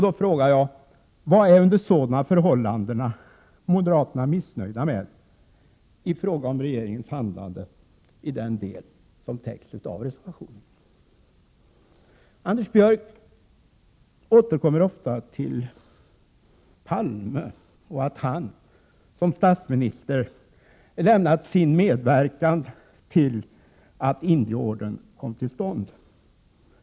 Då frågar jag: Vad är moderaterna under sådana förhållanden missnöjda med i fråga om regeringens handlande i den del som täcks av reservationen? Anders Björck återkommer ofta till Palme och att denne som statsminister lämnat sin medverkan till att Indienordern kom till stånd.